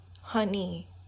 Honey